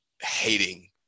hating